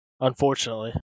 Unfortunately